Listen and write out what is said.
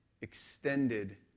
extended